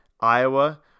Iowa